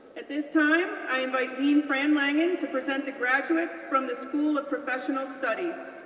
at this time, i invite dean fran langan to present the graduates from the school of professional studies.